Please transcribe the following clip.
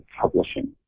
publishing